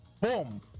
Boom